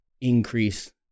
increase